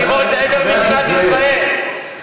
תגיד לחברים שלך הטרוריסטים שיפסיקו,